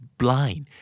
blind